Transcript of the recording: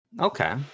Okay